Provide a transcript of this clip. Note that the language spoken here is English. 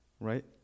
right